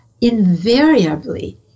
invariably